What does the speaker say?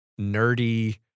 nerdy